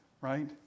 right